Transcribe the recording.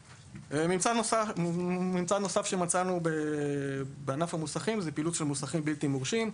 ממצא נוסף שמצאנו בענף המוסכים זה פעילות של מוסכים בלתי-מורשים.